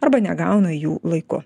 arba negauna jų laiku